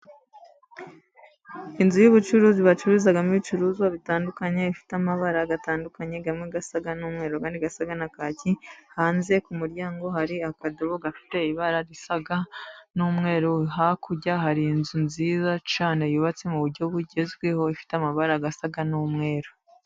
Inzu y'ubucuruzi bacuruzamo ibicuruzwa bitandukanye. Ifite amabara atandukanye amwe asa n'umweru andi asa na kaki. Hanze ku muryango hari akadobo gafite ibara risa n'umweru. Hakurya hari inzu nziza cyane yubatse mu buryo bugezweho. Ifite amabara asa n'umweru.